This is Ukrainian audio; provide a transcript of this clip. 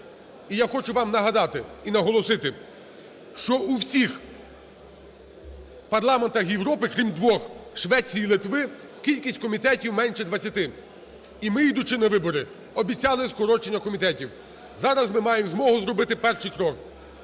І я хочу вам нагадати, і наголосити, що у всіх парламентах Європи, крім двох: Швеції і Литви, - кількість комітетів менше 20. І ми, йдучи на вибори, обіцяли скорочення комітетів. Зараз ми маємо змогу зробити перший крок.